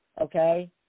okay